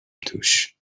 توش